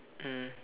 mm